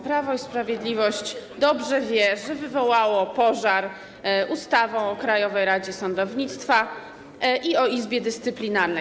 Prawo i Sprawiedliwość dobrze wie, że wywołało pożar ustawą o Krajowej Radzie Sądownictwa i o Izbie Dyscyplinarnej.